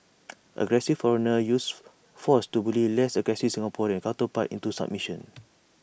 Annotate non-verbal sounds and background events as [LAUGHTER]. [NOISE] aggressive foreigner uses force to bully less aggressive Singaporean counterpart into submission